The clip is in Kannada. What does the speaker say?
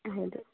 ಹೌದು